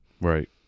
Right